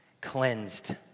cleansed